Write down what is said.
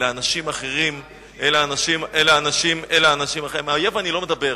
אלא אנשים אחרים, עם האויב אני לא מדבר.